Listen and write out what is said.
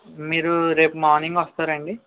మీరు రేపు మార్నింగ్ వస్తారా అండి